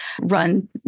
run